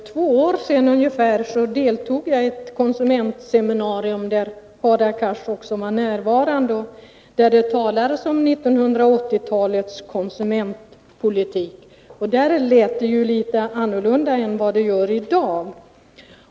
Herr talman! För ungefär två år sedan deltog jag i ett konsumentseminarium där Hadar Cars också var närvarande och där det talades om 1980-talets konsumentpolitik. Där lät det litet annorlunda än vad det gör i dag.